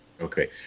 Okay